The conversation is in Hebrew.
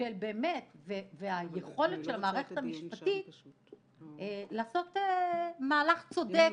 ועל היכולת של המערכת המשפטית לעשות מהלך צודק